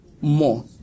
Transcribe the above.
More